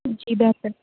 جی بہتر